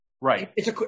Right